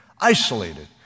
isolated